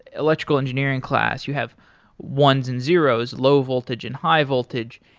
electrical engineering class, you have ones and zeros, low voltage and high voltage,